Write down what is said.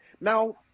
Now